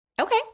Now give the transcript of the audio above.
Okay